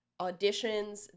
auditions